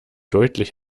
deutlich